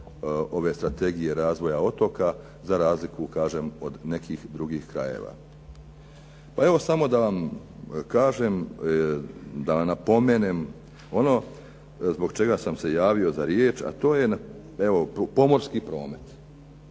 ove strategije razvoja otoka, za razliku kažem od nekih drugih krajeva. Pa evo samo da vam kažem, da napomenem, ono zbog čega sam se javio za riječ, a to je evo pomorski promet.